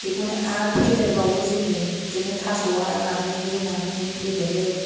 बेखौनो आरो फेदेरबावो जोङो बिदिनो थास' हानानै रुनानै फेदेरो